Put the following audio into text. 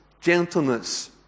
gentleness